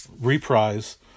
reprise